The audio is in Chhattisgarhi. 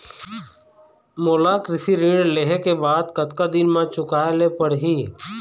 मोला कृषि ऋण लेहे के बाद कतका दिन मा चुकाए ले पड़ही?